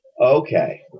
Okay